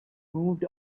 moved